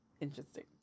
Interesting